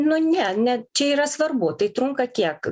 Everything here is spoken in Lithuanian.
nu ne ne čia yra svarbu tai trunka kiek